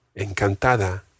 Encantada